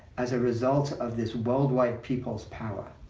as a result of this worldwide people's power.